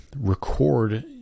record